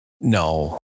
No